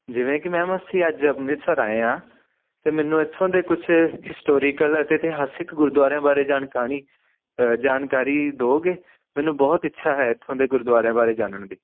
ਜਿਵੇਂ ਕਿ ਮੈਮ ਅਸੀਂ ਅੱਜ ਅੰਮ੍ਰਿਤਸਰ ਆਏ ਹਾਂ ਅਤੇ ਮੈਨੂੰ ਇੱਥੋਂ ਦੇ ਕੁਝ ਹਿਸਟੋਰੀਕਲ ਅਤੇ ਇਤਿਹਾਸਿਕ ਗੁਰਦੁਆਰਿਆਂ ਬਾਰੇ ਜਾਣਕਾਣੀ ਜਾਣਕਾਰੀ ਦਉਂਗੇ ਮੈਨੂੰ ਬਹੁਤ ਇੱਛਾ ਹੈ ਇੱਥੋਂ ਦੇ ਗੁਰਦੁਆਰਿਆਂ ਬਾਰੇ ਜਾਨਣ ਦੀ